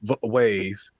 wave